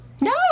No